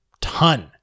ton